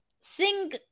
sing